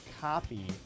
copy